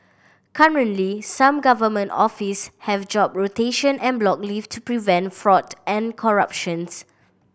currently some government office have job rotation and block leave to prevent fraud and corruptions